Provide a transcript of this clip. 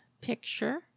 picture